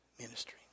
ministry